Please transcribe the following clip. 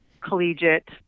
collegiate